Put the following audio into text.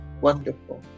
Wonderful